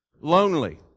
lonely